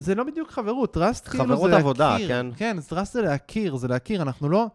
זה לא בדיוק חברות. -חברות עבודה, כן? -טראסט כאילו זה להכיר, כן, טראסט זה להכיר, זה להכיר, אנחנו לא...